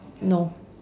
no